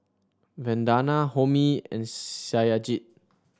Vandana Homi and Satyajit